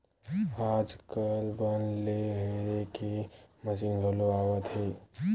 आजकाल बन ल हेरे के मसीन घलो आवत हे